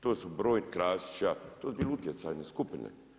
To su broj Krasića, to su bile utjecajne skupine.